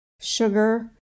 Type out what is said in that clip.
sugar